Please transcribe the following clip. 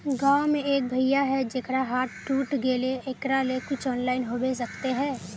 गाँव में एक भैया है जेकरा हाथ टूट गले एकरा ले कुछ ऑनलाइन होबे सकते है?